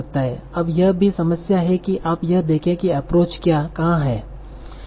अब यह भी समस्या है कि आप यह देखें कि एप्रोच कहां है